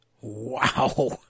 Wow